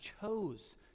chose